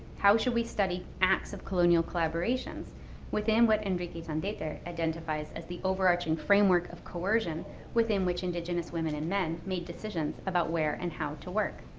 how should we study acts of colonial collaborations within what enrique and identifies as the overarching framework of coercion within which indigenous women and men made decisions about where and how to work?